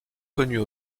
connues